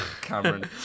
Cameron